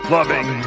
Loving